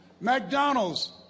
McDonald's